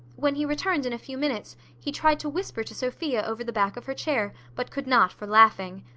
when he returned in a few minutes, he tried to whisper to sophia, over the back of her chair, but could not for laughing.